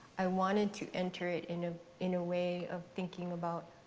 i wanted to enter it in ah in a way of thinking about,